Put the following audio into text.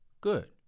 Good